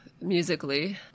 musically